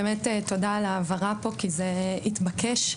על ההבהרה פה כי זה התבקש.